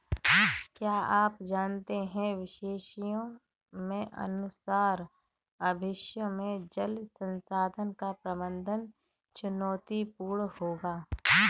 क्या आप जानते है विशेषज्ञों के अनुसार भविष्य में जल संसाधन का प्रबंधन चुनौतीपूर्ण होगा